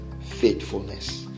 faithfulness